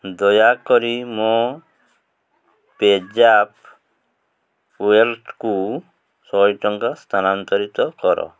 ଦୟାକରି ମୋ PayZapp ୱାଲେଟକୁ ଶହେ ଟଙ୍କା ସ୍ଥାନାନ୍ତରିତ କର